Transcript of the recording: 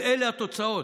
ואלה התוצאות.